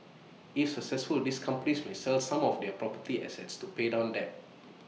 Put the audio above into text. if successful these companies may sell some of their property assets to pay down debt